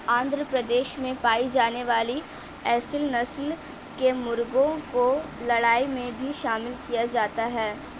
आंध्र प्रदेश में पाई जाने वाली एसील नस्ल के मुर्गों को लड़ाई में भी शामिल किया जाता है